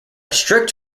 strict